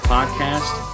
Podcast